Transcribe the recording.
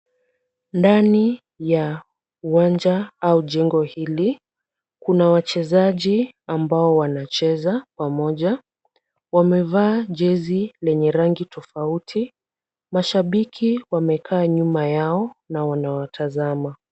Ndani ya uwanja au jengo hili kuna wachezaji ambao wanacheza pamoja, wamevaa jezi lenye rangi tofauti mashabiki wamekaa nyuma yao na wanawatazama.